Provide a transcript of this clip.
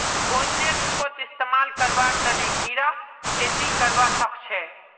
भोजनेर रूपत इस्तमाल करवार तने कीरा खेती करवा सख छे